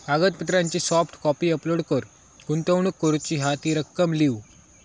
कागदपत्रांची soft copy upload कर, गुंतवणूक करूची हा ती रक्कम लिव्ह